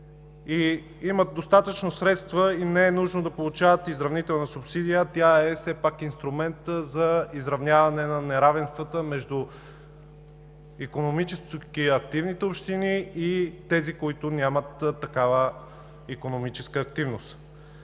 имат достатъчно средства и не е нужно да получават изравнителна субсидия, а тя е все пак инструмент за изравняване на неравенствата между икономически активните общини и тези, които нямат такава икономическа активност.